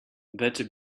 better